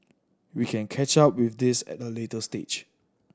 we can catch up with this at a later stage